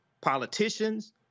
politicians